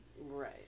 Right